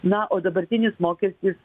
na o dabartinis mokestis